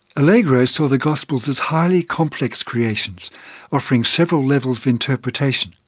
allegro saw the gospels as highly complex creations offering several levels of interpretation.